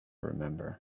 remember